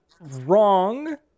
wrong